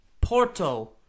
Porto